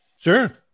Sure